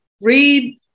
read